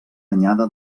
anyada